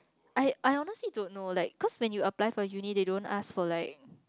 I I honestly don't know like cause when you apply for uni they don't ask for like